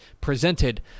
presented